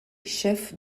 chef